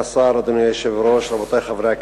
אדוני היושב-ראש, כבוד סגן השר, רבותי חברי הכנסת,